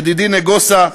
ידידי נגוסה,